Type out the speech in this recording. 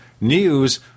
news